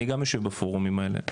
אני גם יושב בפורומים האלה.